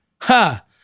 Ha